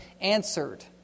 answered